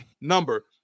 number